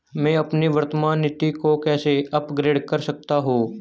मैं अपनी वर्तमान नीति को कैसे अपग्रेड कर सकता हूँ?